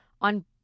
on